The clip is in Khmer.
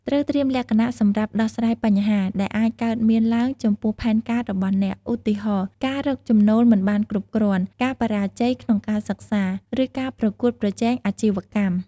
ត្រូវត្រៀមលក្ខណៈសម្រាប់ដោះស្រាយបញ្ហា ដែលអាចកើតមានឡើងចំពោះផែនការរបស់អ្នក ឧទាហរណ៍ ការរកចំណូលមិនបានគ្រប់គ្រាន់ ការបរាជ័យក្នុងការសិក្សា ឬការប្រកួតប្រជែងអាជីវកម្ម។